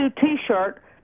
t-shirt